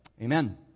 Amen